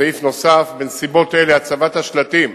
סעיף נוסף: בנסיבות אלה, הצבת השלטים,